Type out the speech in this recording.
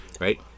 right